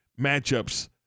matchups